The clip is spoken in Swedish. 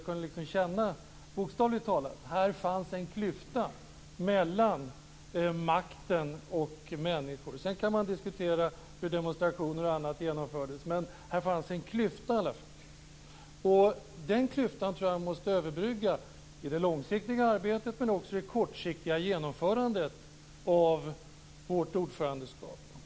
Bokstavligt talat kunde jag känna att här fanns en klyfta mellan makten och människorna. Sedan kan man diskutera hur demonstrationer och annat genomfördes men här fanns i alla fall en klyfta. Den klyftan tror jag måste överbryggas i det långsiktiga arbetet och också i det kortsiktiga genomförandet av vårt ordförandeskap.